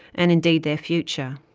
and indeed their future.